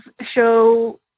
show